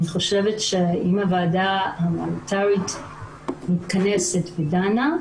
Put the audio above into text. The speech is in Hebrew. אני חושבת שאם הוועדה ההומניטרית מתכנסת ודנה,